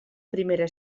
primera